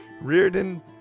Reardon